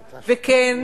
וכן,